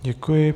Děkuji.